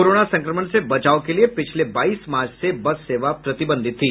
corona संक्रमण से बचाव के लिये पिछले बाईस मार्च से बस सेवा प्रतिबंधित थी